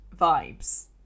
vibes